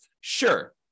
Sure